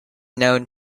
known